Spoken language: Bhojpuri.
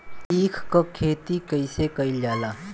ईख क खेती कइसे कइल जाला?